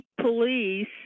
police